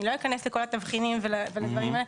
אני לא אכנס לכל התבחינים ולדברים האלה.